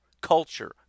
culture